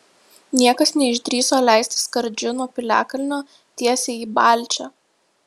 niekas neišdrįso leistis skardžiu nuo piliakalnio tiesiai į balčią